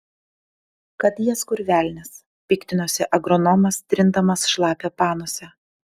kad jas kur velnias piktinosi agronomas trindamas šlapią panosę